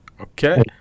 Okay